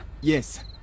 Yes